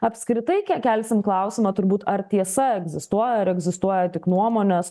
apskritai ke kelsim klausimą turbūt ar tiesa egzistuoja ar egzistuoja tik nuomonės